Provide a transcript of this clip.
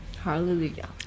Hallelujah